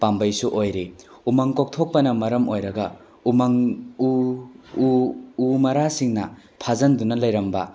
ꯄꯥꯝꯕꯩꯁꯨ ꯑꯣꯏꯔꯤ ꯎꯃꯪ ꯀꯣꯛꯊꯣꯛꯄꯅ ꯃꯔꯝ ꯑꯣꯏꯔꯒ ꯎꯃꯪ ꯎ ꯎ ꯎ ꯃꯔꯥꯁꯤꯡꯅ ꯐꯥꯖꯤꯟꯗꯨꯅ ꯂꯩꯔꯝꯕ